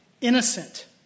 innocent